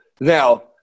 now